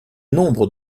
nombre